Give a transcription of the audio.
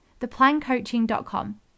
theplancoaching.com